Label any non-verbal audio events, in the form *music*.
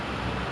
*noise*